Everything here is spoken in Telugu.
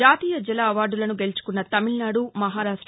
జాతీయ జల అవార్దులను గెలుచుకున్న తమిళనాడు మహారాష్ట